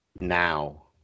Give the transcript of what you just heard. now